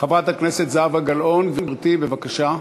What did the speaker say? חברת הכנסת זהבה גלאון, גברתי, בבקשה.